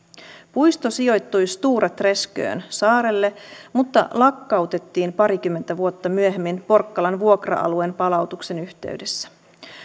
puisto sijoittui stora träskön saarelle mutta lakkautettiin parikymmentä vuotta myöhemmin porkkalan vuokra alueen palautuksen yhteydessä